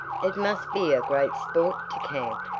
it must be a great sport to camp,